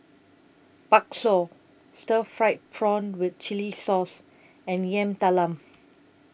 Bakso Stir Fried Prawn with Chili Sauce and Yam Talam